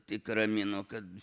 tik ramino kad